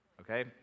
okay